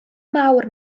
mawr